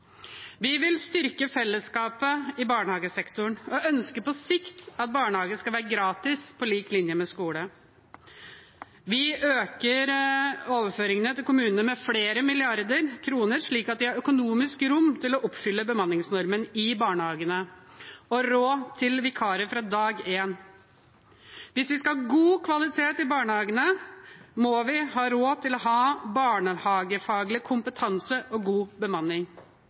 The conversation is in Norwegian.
Vi vil styrke fellesskapet i barnehagesektoren og ønsker på sikt at barnehage skal være gratis, på lik linje med skole. Vi øker overføringene til kommunene med flere milliarder kroner, slik at de har økonomisk rom til å oppfylle bemanningsnormen i barnehagene og råd til vikarer fra dag én. Hvis vi skal ha god kvalitet i barnehagene, må vi ha råd til å ha barnehagefaglig kompetanse og god bemanning.